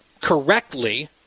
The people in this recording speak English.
correctly